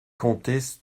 comptez